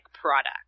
product